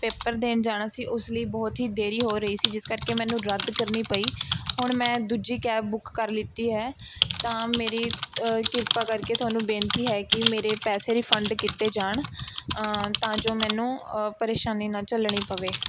paper ਦੇਣ ਜਾਣਾ ਸੀ ਉਸ ਲਈ ਬਹੁਤ ਹੀ ਦੇਰੀ ਹੋ ਰਹੀ ਸੀ ਜਿਸ ਕਰਕੇ ਮੈਨੂੰ ਰੱਦ ਕਰਨੀ ਪਈ ਹੁਣ ਮੈਂ ਦੂਜੀ ਕੈਬ ਬੁੱਕ ਕਰ ਲਿਤੀ ਹੈ ਤਾਂ ਮੇਰੀ ਕਿਰਪਾ ਕਰਕੇ ਤੁਹਾਨੂੰ ਬੇਨਤੀ ਹੈ ਕਿ ਮੇਰੇ ਪੈਸੇ ਰਿਫੰਡ ਕੀਤੇ ਜਾਣ ਤਾਂ ਜੋ ਮੈਨੂੰ ਪਰੇਸ਼ਾਨੀ ਨਾ ਝੱਲਣੀ ਪਵੇ